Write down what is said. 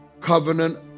covenant